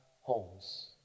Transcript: homes